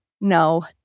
no